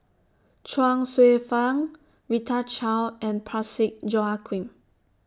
Chuang Hsueh Fang Rita Chao and Parsick Joaquim